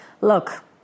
Look